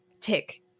tick